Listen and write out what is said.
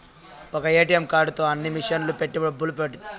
ఒక్క ఏటీఎం కార్డుతో అన్ని మిషన్లలో పెట్టి డబ్బులు తీసుకోవచ్చు